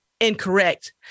incorrect